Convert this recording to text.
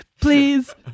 Please